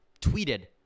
tweeted